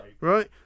Right